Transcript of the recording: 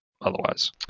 otherwise